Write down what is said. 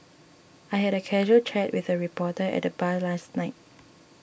I had a casual chat with a reporter at the bar last night